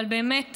אבל באמת,